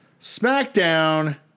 SmackDown